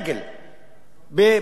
בחורף ובקיץ,